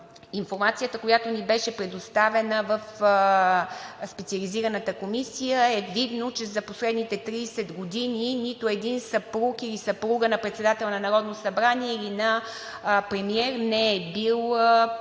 информацията, която ни беше предоставена в Специализираната комисия, е видно, че за последните 30 години нито един съпруг или съпруга на председател на Народно събрание или на премиер не е бил попадал